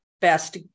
best